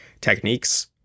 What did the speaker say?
techniques